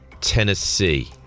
tennessee